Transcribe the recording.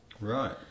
Right